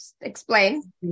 explain